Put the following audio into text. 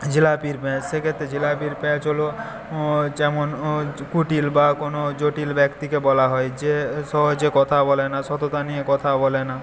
জিলাপির প্যাঁচ সেক্ষেত্রে জিলাপির প্যাঁচ হলো যেমন কুটিল বা কোন জটিল ব্যক্তিকে বলা হয় যে সহজে কথা বলে না সততা নিয়ে কথা বলে না